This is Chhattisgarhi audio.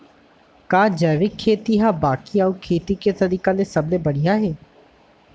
का जैविक खेती हा बाकी अऊ खेती के तरीका ले सबले बढ़िया हे?